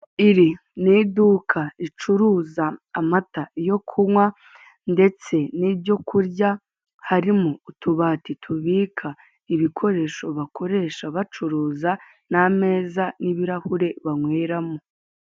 Iri ni iduka ricuruza amata yo kunywa ndetse n'ibyo kurya. Harimo utubati tubika ibikoresho bakoresha bacuruza n'ameza n'ibirahure banyweramo.